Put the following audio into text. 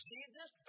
Jesus